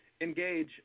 engage